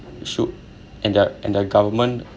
should and their and their government